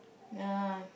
uh